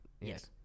Yes